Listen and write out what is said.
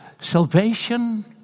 salvation